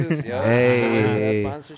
hey